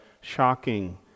shocking